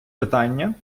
питання